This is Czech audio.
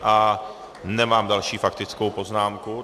A nemám další faktickou poznámku.